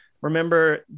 remember